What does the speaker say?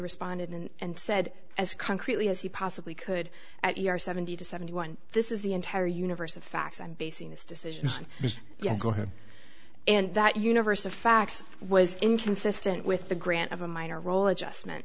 responded and said as concretely as he possibly could at your seventy to seventy one this is the entire universe of facts and basing his decisions yes go ahead and that universe of facts was inconsistent with the grant of a minor role adjustment